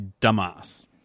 dumbass